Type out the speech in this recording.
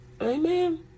Amen